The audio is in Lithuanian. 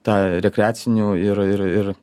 tą rekreacinių ir ir ir